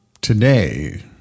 today